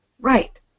right